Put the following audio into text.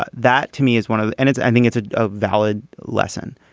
but that to me is one of the. and it's i think it's a ah valid lesson.